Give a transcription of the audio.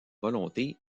volonté